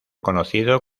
conocido